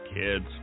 Kids